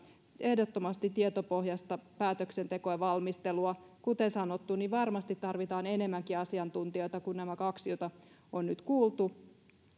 ehdottomasti tietopohjaista päätöksentekoa ja valmistelua kuten sanottu niin varmasti tarvitaan enemmänkin asiantuntijoita kuin nämä kaksi joita on nyt kuultu